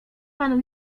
panu